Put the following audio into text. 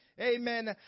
Amen